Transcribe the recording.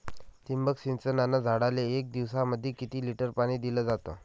ठिबक सिंचनानं झाडाले एक दिवसामंदी किती लिटर पाणी दिलं जातं?